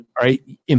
Right